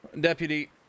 Deputy